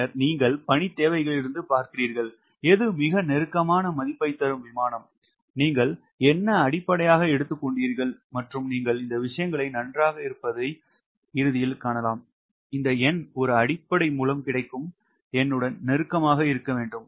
பின்னர் நீங்கள் பணித் தேவைகளிலிருந்து பார்க்கிறீர்கள் எது மிக நெருக்கமான மதிப்பை தரும் விமானம் நீங்கள் என்ன அடிப்படையாக எடுத்துக்கொண்டீர்கள் மற்றும் நீங்கள் இந்த விஷயங்கள் நன்றாக இருப்பதைக் காணலாம் இந்த எண் ஒரு அடிப்படை மூலம் கிடைக்கும் எண்ணுடன் நெருக்கமாக இருக்க வேண்டும்